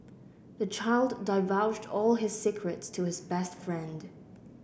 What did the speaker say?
the child divulged all his secrets to his best friend